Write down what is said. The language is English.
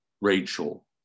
Rachel